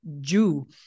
Jew